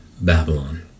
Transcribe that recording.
Babylon